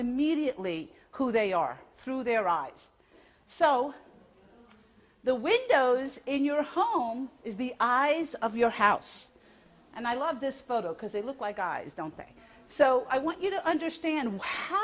immediately who they are through their eyes so the windows in your home is the eyes of your house and i love this photo because they look like eyes don't think so i want you to understand how